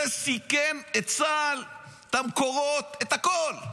זה סיכן את צה"ל, את המקורות, את הכול.